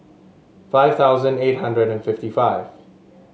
five thousand eight hundred and fifty five